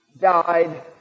died